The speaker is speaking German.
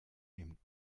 nehmen